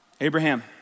Abraham